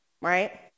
right